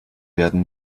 werden